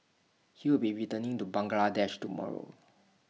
he will be returning to Bangladesh tomorrow